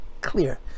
clear